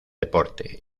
deporte